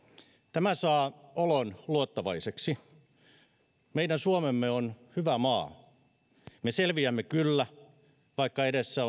tämä saa olon luottavaiseksi meidän suomemme on hyvä maa me selviämme kyllä vaikka edessä